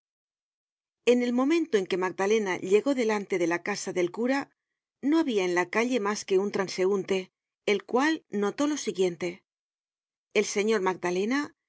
en el momento en que magdalena llegó delante de la casa del cura no habia en la calle mas que un transeunte el cual notó lo siguiente el señor magdalena